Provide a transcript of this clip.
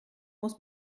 muss